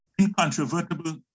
incontrovertible